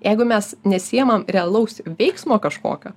jeigu mes nesiemam realaus veiksmo kažkokio